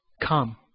Come